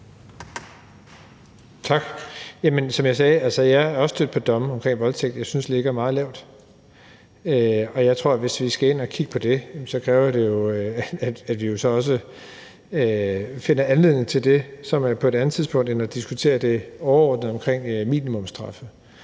er jeg også stødt på domme omkring voldtægt, som jeg synes ligger meget lavt. Jeg tror, at hvis vi skal ind og kigge på det, kræver det jo, at vi så også finder anledning til det, altså på et andet tidspunkt end at diskutere det overordnede omkring minimumsstraffe.